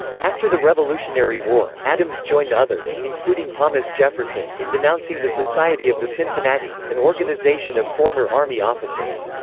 after the revolutionary war, adams joined others, including thomas jefferson, in denouncing the society of the cincinnati, an organization of former army officers.